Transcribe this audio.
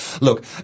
Look